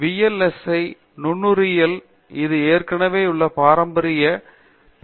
இதேபோல் V L S I நுண்ணுயிரியல் அது ஏற்கனவே உள்ள பாரம்பரியம்